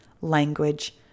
language